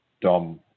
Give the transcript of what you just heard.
Dom